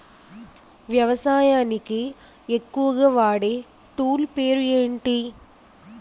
వ్యవసాయానికి ఎక్కువుగా వాడే టూల్ పేరు ఏంటి?